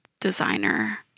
designer